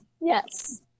Yes